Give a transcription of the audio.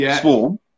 Swarm